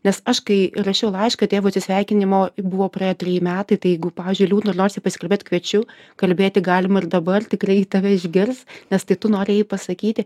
nes aš kai rašiau laišką tėvui atsisveikinimo buvo praėję treji metai tai jeigu pavyzdžiui liūdna ir norisi pasikalbėt kviečiu kalbėti galima ir dabar tikrai tave išgirs nes tai tu norėjai pasakyti